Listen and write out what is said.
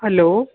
hello